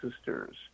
sisters